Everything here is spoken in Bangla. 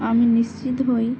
আমি নিশ্চিত হই